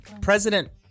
President